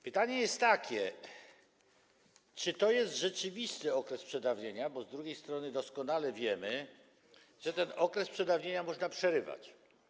Pytanie jest takie, czy to jest rzeczywisty okres przedawnienia, bo z drugiej strony doskonale wiemy, że ten okres przedawnienia można przerywać.